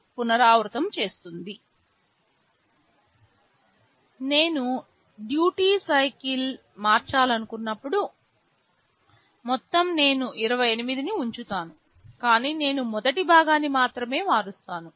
ను పునరావృతం చేస్తుంది నేను డ్యూటీ సైకిల్ మార్చాలనుకున్నప్పుడు మొత్తం నేను 28 ని ఉంచుతాను కాని నేను మొదటి భాగాన్ని మాత్రమే మారుస్తాను